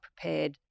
prepared